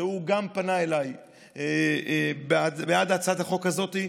שגם פנה אליי בעד הצעת החוק הזאת,